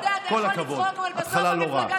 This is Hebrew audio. כל הכבוד, התחלה לא רעה.